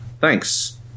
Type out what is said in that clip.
Thanks